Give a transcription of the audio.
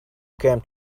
come